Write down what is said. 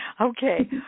Okay